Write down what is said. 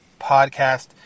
podcast